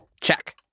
Check